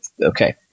okay